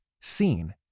seen